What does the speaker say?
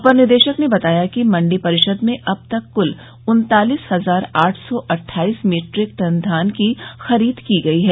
अपर निदेशक ने बताया कि मण्डी परिषद में अब तक कुल उन्तालीस हजार आठ सौ अट्ठाईस मीट्रिक टन धान की खरीद की गयी है